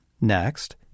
Next